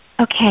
Okay